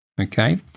Okay